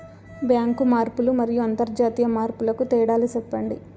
Bank మార్పులు మరియు అంతర్జాతీయ మార్పుల కు తేడాలు సెప్పండి?